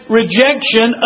rejection